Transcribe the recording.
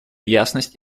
ясность